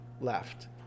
left